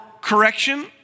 correction